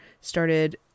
started